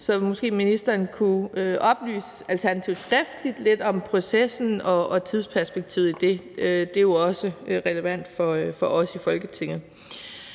måske oplyse her eller alternativt skriftligt noget om processen og tidsperspektivet for den. Det er jo også relevant for os i Folketinget.